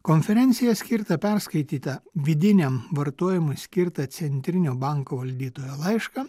konferenciją skirtą perskaitytą vidiniam vartojimui skirtą centrinio banko valdytojo laišką